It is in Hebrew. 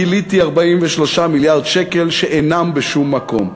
גיליתי 43 מיליארד שקל שאינם בשום מקום.